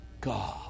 God